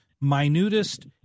minutest